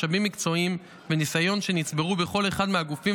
משאבים מקצועיים וניסיון שנצברו בכל אחד מהגופים,